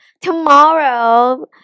tomorrow